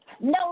no